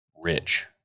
rich